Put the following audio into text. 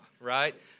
right